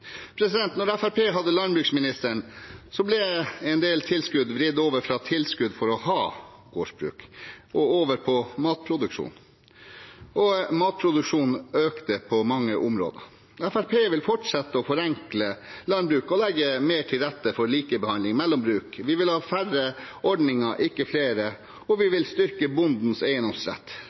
hadde landbruksministeren, ble en del tilskudd vridd over fra tilskudd for å ha gårdsbruk til matproduksjon, og matproduksjonen økte på mange områder. Fremskrittspartiet vil fortsette å forenkle landbruket og legge mer til rette for likebehandling mellom bruk. Vi vil ha færre ordninger, ikke flere, og vi vil styrke bondens eiendomsrett.